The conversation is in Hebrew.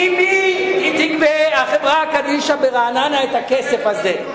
ממי תגבה החברה קדישא ברעננה את הכסף הזה?